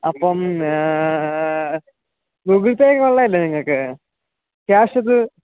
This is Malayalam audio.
അപ്പം ഗൂഗിൾ പേ ഉള്ളതല്ലേ നിങ്ങൾക്ക് ക്യാഷ് ഇപ്പോൾ